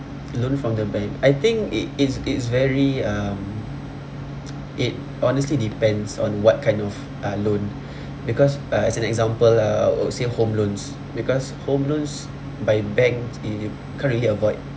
loan from the bank I think it it's it's very um it honestly depends on what kind of uh loan because uh as an example uh I would say home loans because home loans by bank it you can't really avoid